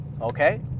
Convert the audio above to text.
okay